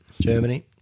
Germany